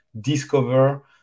discover